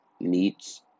meats